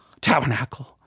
tabernacle